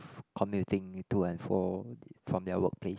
commuting to and for from their work place